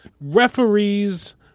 referees